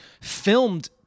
filmed